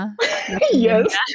yes